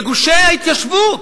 וגושי ההתיישבות,